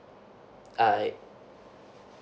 uh